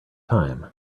time